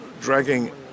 dragging